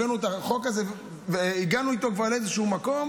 הבאנו את החוק הזה והגענו איתו כבר לאיזשהו מקום,